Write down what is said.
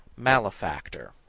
malefactor,